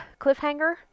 cliffhanger